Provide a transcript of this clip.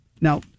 Now